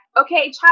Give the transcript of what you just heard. okay